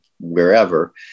wherever